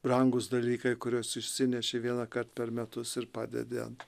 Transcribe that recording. brangūs dalykai kuriuos išsineši vienąkart per metus ir padedi ant